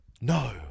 no